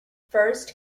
first